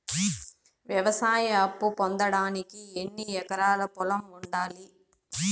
వ్యవసాయ అప్పు పొందడానికి ఎన్ని ఎకరాల పొలం ఉండాలి?